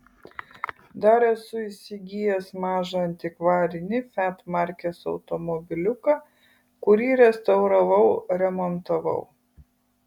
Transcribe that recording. dar esu įsigijęs mažą antikvarinį fiat markės automobiliuką kurį restauravau remontavau